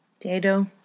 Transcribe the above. Dado